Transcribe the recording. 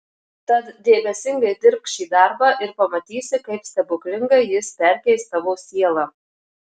tad dėmesingai dirbk šį darbą ir pamatysi kaip stebuklingai jis perkeis tavo sielą